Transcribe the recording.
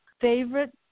favorite